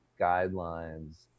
guidelines